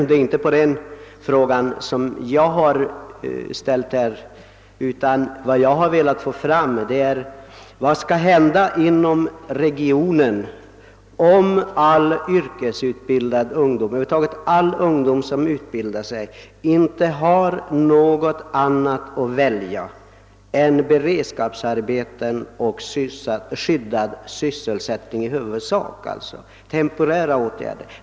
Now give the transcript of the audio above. Det är inte den jag har ifrågasatt, utan vad jag har velat få belyst är vad som skall hända inom regionen, om all ungdom som utbildar sig i huvudsak inte har något annat att välja än beredskapsarbeten och skyddad sysselsättning, d. v. s. temporära åtgärder.